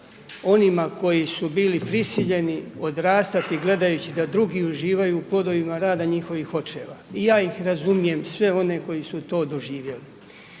onima koji su bili prisiljeni odrastati gledajući da drugi uživaju u plodovima rada i njihovih očeva. I ja ih razumijem sve one koji su to doživjeli.